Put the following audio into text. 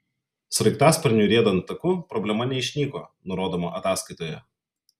sraigtasparniui riedant taku problema neišnyko nurodoma ataskaitoje